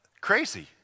crazy